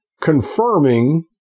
confirming